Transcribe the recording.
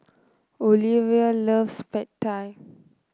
Olevia loves Pad Thai